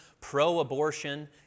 pro-abortion